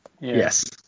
Yes